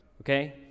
okay